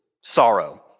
Sorrow